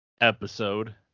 episode